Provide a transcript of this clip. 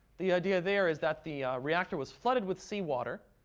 the idea there is that the reactor was flooded with seawater,